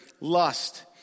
lust